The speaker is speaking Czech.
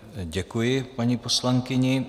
Děkuji paní poslankyni.